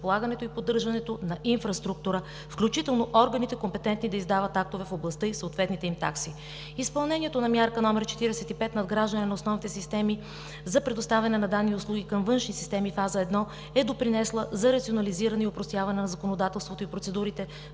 разполагането и поддържането на инфраструктура, включително органите, компетентни да издават актове в областта, и съответните им такси. Изпълнението на мярка № 45 – Надграждане на основните системи за предоставяне на данни и услуги към външни системи, фаза 1, е допринесла за рационализиране и опростяване на законодателството и процедурите